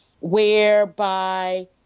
whereby